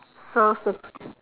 so circle